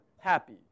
happy